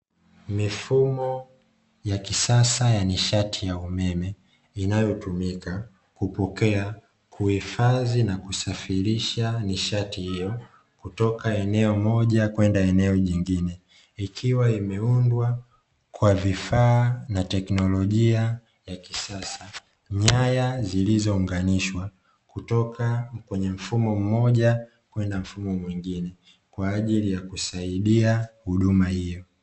Mifumo ya kisasa ya nishati ya umeme, inayotumika kupokea, kuhifadhi na kusafirisha nishati hiyo kutoka eneo moja kwenda eneo jingine, ikiwa imeundwa kwa vifaa na teknolojia ya kisasa; nyaya zilizounganishwa kutoka sehemu moja kwenda sehemu nyingine kwa ajili ya kusaidia huduma hiyo.